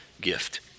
gift